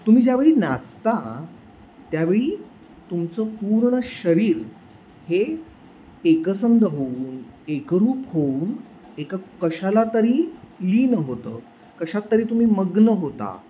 तुम्ही ज्यावेळी नाचता त्यावेळी तुमचं पूर्ण शरीर हे एकसंध होऊन एकरूप होऊन एका कशाला तरी लीन होतं कशात तरी तुम्ही मग्न होता